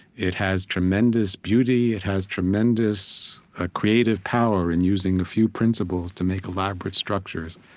it has tremendous beauty. it has tremendous ah creative power in using a few principles to make elaborate structures.